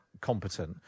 competent